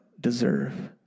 deserve